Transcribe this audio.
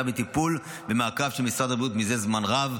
בטיפול ובמעקב של משרד הבריאות זה זמן רב.